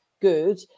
good